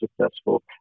successful